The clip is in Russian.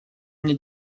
мне